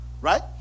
Right